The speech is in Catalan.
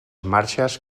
marxes